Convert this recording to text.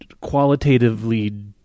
qualitatively